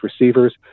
receivers